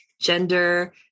gender